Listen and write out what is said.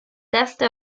testo